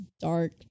dark